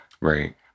Right